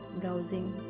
browsing